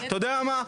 אתה יודע מה?